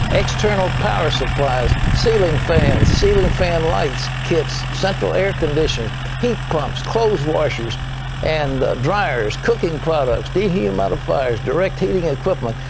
external power supplies, ceiling fans, ceiling fan light kits, central air conditioners, heat pumps, clothes washers and dryers, cooking products, dehumidifiers, direct heating equipment,